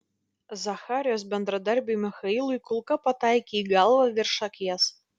zacharijos bendradarbiui michailui kulka pataikė į galvą virš akies